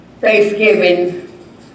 Thanksgiving